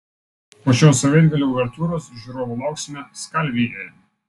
po šios savaitgalio uvertiūros žiūrovų lauksime skalvijoje